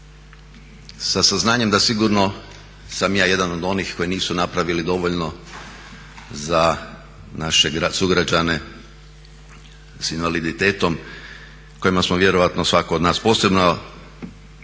sa saznanjem da sigurno sam ja jedan od onih koji nisu napravili dovoljno za naše sugrađane s invaliditetom kojima smo vjerojatno svako od nas posebno i